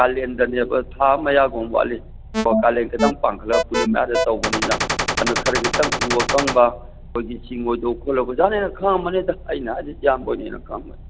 ꯀꯥꯂꯦꯟꯗꯅꯦꯕ ꯊꯥ ꯑꯃ ꯃꯌꯥꯒꯨꯝꯕ ꯋꯥꯠꯂꯤ ꯑꯣ ꯀꯥꯂꯦꯟ ꯈꯇꯪ ꯄꯥꯟꯈꯠꯂꯛꯂꯒ ꯃꯌꯥꯗ ꯇꯧꯕꯅꯤꯅ ꯀꯩꯅꯣ ꯈꯔ ꯈꯤꯇꯪ ꯎ ꯑꯀꯪꯕ ꯑꯩꯈꯣꯏꯒꯤ ꯆꯤꯡꯉꯣꯏꯗꯕ ꯈꯣꯠꯂꯣꯏꯗꯕ ꯑꯣꯖꯥꯅ ꯍꯦꯟꯅ ꯈꯪꯂꯝꯃꯅꯤꯗ ꯑꯩꯅ ꯍꯥꯏꯗ꯭ꯔꯁꯨ ꯏꯌꯥꯝꯕ ꯍꯣꯏꯅ ꯍꯦꯟ ꯈꯪꯂꯝꯂꯅꯤ